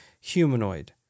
humanoid